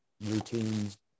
routines